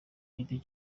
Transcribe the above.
giti